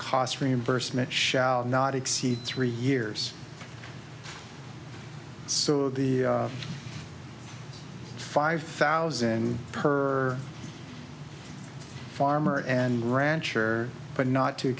cost reimbursement shall not exceed three years so the five thousand per farmer and rancher but not to